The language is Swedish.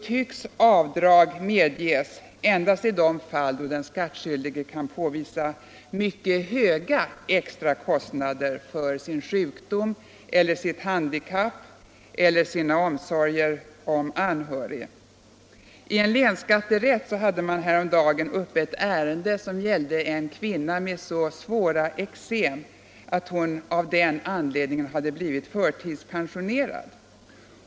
tycks avdrag medges endast i de fall då den skattskyldige kan påvisa mycket höga extra kostnader för sin sjukdom eller sitt handikapp eller sin omsorg om anhörig. I en länsskatterätt hade man häromdagen uppe ett ärende som gällde en kvinna med så svåra eksem att hon av den anledningen hade blivit förtidspensionerad.